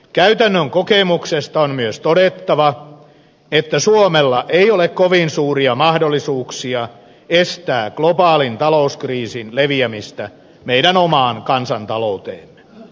käytännön kokemuksesta on myös todettava että suomella ei ole kovin suuria mahdollisuuksia estää globaalin talouskriisin leviämistä meidän omaan kansantalouteemme